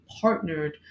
partnered